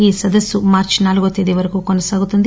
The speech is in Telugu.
ఈ సదస్సు మార్చి నాలుగువ తేదీ వరకు కొనసాగుతుంది